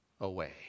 away